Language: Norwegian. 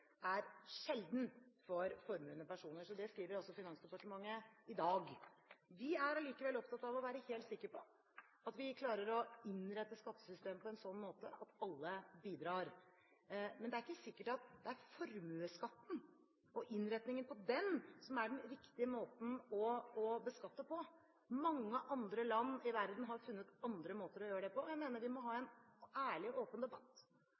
er sjelden for formuende personer. Det skriver også Finansdepartementet i dag. Vi er allikevel opptatt av å være helt sikre på at vi klarer å innrette skattesystemet på en sånn måte at alle bidrar. Men det er ikke sikkert at det er formuesskatten og innretning på den som er den riktige måten å beskatte på. Mange andre land i verden har funnet andre måter å gjøre det på. Jeg mener vi må ha en ærlig og åpen debatt